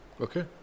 Okay